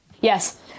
Yes